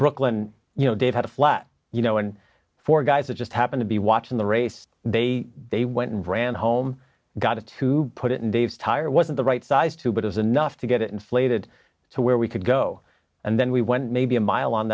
brooklyn you know dave had a flat you know and for guys that just happened to be watching the race they they went and ran home got to put it in dave's tire wasn't the right size too but it's enough to get it inflated to where we could go and then we went maybe a mile on